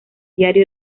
diario